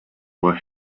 were